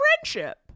friendship